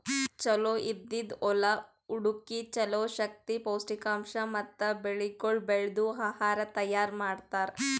ಚಲೋ ಇದ್ದಿದ್ ಹೊಲಾ ಹುಡುಕಿ ಚಲೋ ಶಕ್ತಿ, ಪೌಷ್ಠಿಕಾಂಶ ಮತ್ತ ಬೆಳಿಗೊಳ್ ಬೆಳ್ದು ಆಹಾರ ತೈಯಾರ್ ಮಾಡ್ತಾರ್